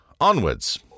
Onwards